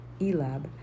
Elab